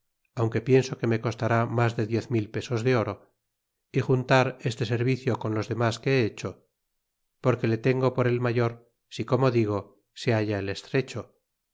he determinado de enviar tres carabelas y dos bergantine en esta demanda aunque pienso que me costará mas de diez mil pesos de oro y juntar este ser vicio con los demos que he fecho porque le tengo por el mayor si como digo se halla el estrecho